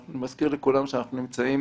אני מזכיר לכולם שאנחנו נמצאים